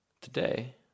Today